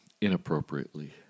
inappropriately